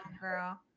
girl